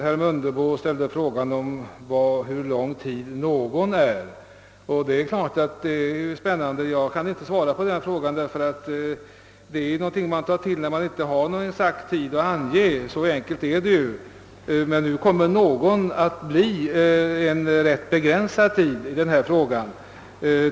Herr Mundebo frågade hur lång tid som avses med uttrycket »någon tid». Det är ett uttryck man tar till när man inte kan ange någon exakt tid. Så enkelt är det. Men nu kommer »någon» att innebära en rätt begränsad tid för just denna fråga.